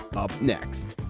up next.